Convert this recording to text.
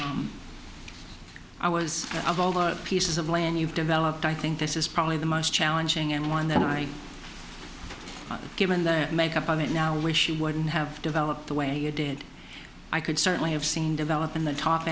i was of all the pieces of land you've developed i think this is probably the most challenging and one that i given that make up on it now wish you wouldn't have developed the way you did i could certainly have seen develop in the t